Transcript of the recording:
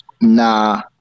Nah